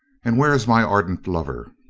and where is my ardent lover?